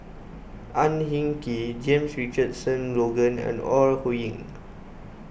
Ang Hin Kee James Richardson Logan and Ore Huiying